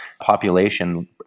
population